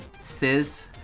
says